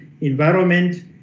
Environment